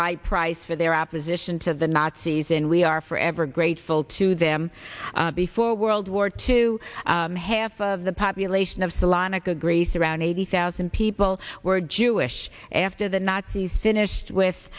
high price for their opposition to the nazis and we are forever grateful to them before world war two half of the population of salonica greece around eighty thousand people were jewish after the nazis finished with